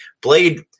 blade